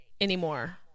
anymore